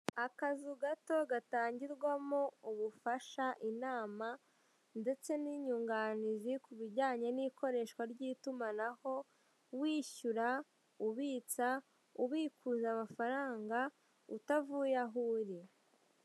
Akazu gato gatangirwamo ubufasha inama ndetse n'inyunganiz ku bijyanye n'ikoreshwa ry'itumanaho wishyura, ubitsa, ubikuza amafaranga utavuye aho uri.